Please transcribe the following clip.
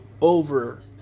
over